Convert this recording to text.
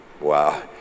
Wow